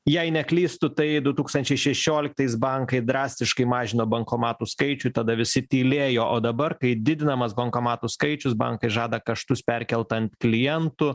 jei neklystu tai du tūkstančiai šešioliktais bankai drastiškai mažino bankomatų skaičių tada visi tylėjo o dabar kai didinamas bankomatų skaičius bankai žada kaštus perkelt ant klientų